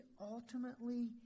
ultimately